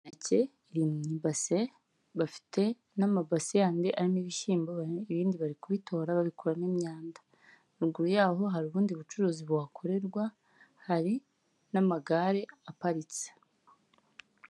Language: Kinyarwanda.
Imineke iri mu ibase bafite n'amabasi yandi arimo ibishyimbo ibindi bari kubitora babikuramo imyanda ruguru yaho hari ubundi bucuruzi buhakorerwa hari n'amagare aparitse.